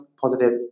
positive